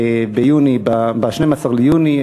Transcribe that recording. ב-12 ביוני,